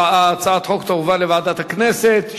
הצעת החוק תועבר לוועדת הכנסת,